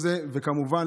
כמובן,